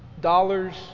dollars